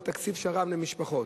על תקציב שר"ן למשפחות.